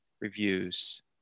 reviews